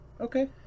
Okay